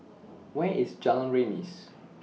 Where IS Jalan Remis